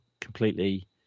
completely